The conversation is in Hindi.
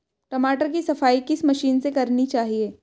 टमाटर की सफाई किस मशीन से करनी चाहिए?